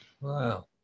wow